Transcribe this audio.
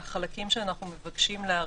החלקים שאנחנו מבקשים להאריך,